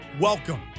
Welcome